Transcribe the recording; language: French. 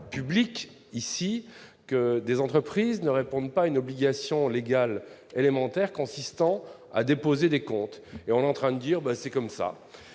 public que des entreprises ne satisfont pas à une obligation légale élémentaire consistant à déposer leurs comptes, mais on est en train de dire :« C'est comme ça